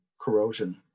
corrosion